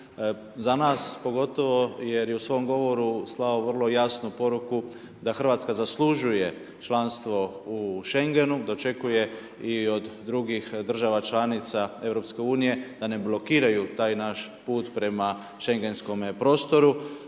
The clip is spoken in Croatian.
za nas pogotovo jer je u svom govoru slao vrlo jasnu poruku da Hrvatska zaslužuje članstvo u Schengenu, da očekuje i od drugih država članica EU-a da ne blokiraj taj naš put prema schengenskome prostoru.